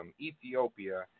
Ethiopia